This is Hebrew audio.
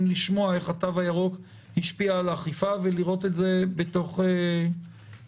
לשמוע איך התו הירוק השפיע על האכיפה ולראות את זה בתוך הנתונים.